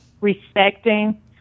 respecting